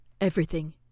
Everything